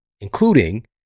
including